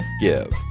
give